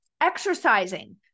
Exercising